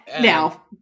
Now